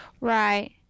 right